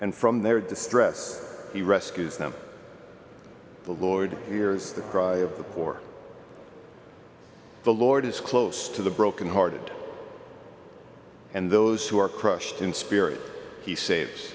and from their distress he rescues them the lord hears the cry of the poor the lord is close to the broken hearted and those who are crushed in spirit he save